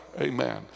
Amen